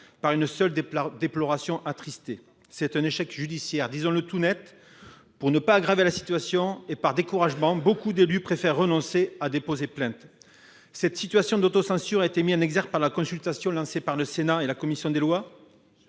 à une seule déploration attristée. C’est un échec judiciaire. Disons le nettement : pour ne pas aggraver la situation et par découragement, de nombreux élus préfèrent renoncer à déposer plainte. Cette situation d’autocensure a été mise en exergue lors de la consultation lancée par le Sénat et la commission des lois,